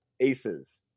Aces